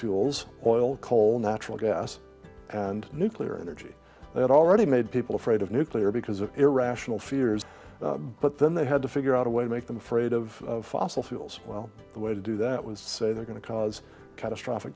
fuels oil coal natural gas and nuclear energy they had already made people afraid of nuclear because of irrational fears but then they had to figure out a way to make them afraid of fossil fuels well the way to do that was say they're going to cause catastrophic